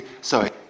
Sorry